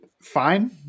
fine